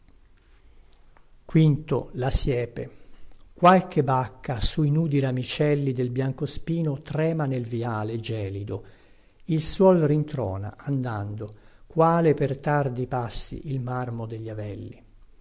morte qualche bacca sui nudi ramicelli del biancospino trema nel viale gelido il suol rintrona andando quale per tardi passi il marmo degli avelli